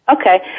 Okay